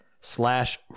slash